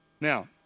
Now